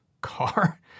car